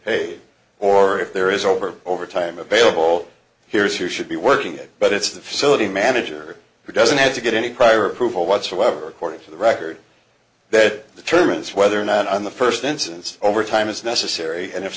paid or if there is over overtime available here's who should be working it but it's the facility manager who doesn't have to get any prior approval whatsoever according to the record that determines whether or not on the first instance overtime is necessary and if